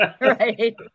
Right